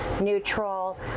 neutral